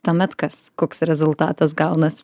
tuomet kas koks rezultatas gaunas